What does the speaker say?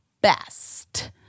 Best